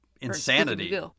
insanity